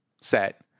set